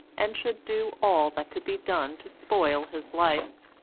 and should do all that could be done to spoil his life.